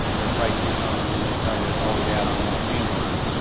their pricing from, and then they try to always add on more change orders.